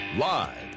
Live